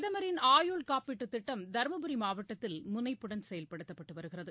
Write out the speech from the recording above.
பிரதமரின் ஆயுள் காப்பீட்டு திட்டம் தருமபுரி மாவட்டத்தில் முனைப்புடன் செயல்படுத்தப்பட்டு வருகிறது